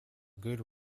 good